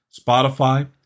Spotify